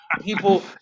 people